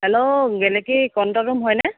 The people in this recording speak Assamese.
হেল্ল' গেলেকী কন্টল ৰুম হয়নে